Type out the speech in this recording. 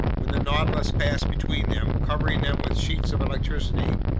when the nautilus passed between them, covering them with sheets of electricity,